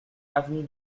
avenue